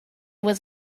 was